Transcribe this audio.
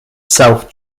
self